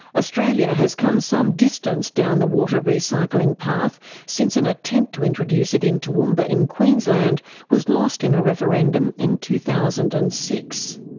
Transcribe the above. australia has come some distance down the water recycling path since an attempt to introduce it in toowoomba in queensland was lost in a referendum in two thousand and six.